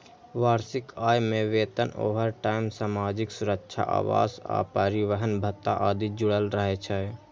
वार्षिक आय मे वेतन, ओवरटाइम, सामाजिक सुरक्षा, आवास आ परिवहन भत्ता आदि जुड़ल रहै छै